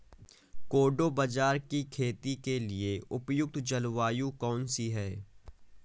कोडो बाजरा की खेती के लिए उपयुक्त जलवायु कौन सी है?